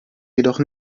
jedoch